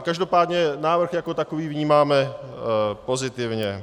Každopádně návrh jako takový vnímáme pozitivně.